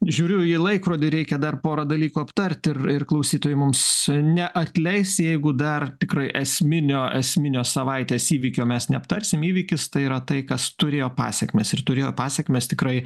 žiūriu į laikrodį reikia dar porą dalykų aptarti ir klausytojai mums neatleis jeigu dar tikrai esminio esminio savaitės įvykio mes neaptarsim įvykis tai yra tai kas turėjo pasėkmes ir turėjo pasėkmes tikrai